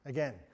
Again